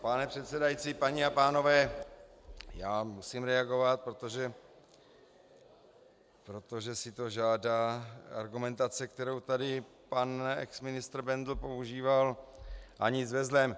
Pane předsedající, paní a pánové, já musím reagovat, protože si to žádá argumentace, kterou tady pan exministr Bendl používal, ale nic ve zlém.